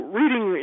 reading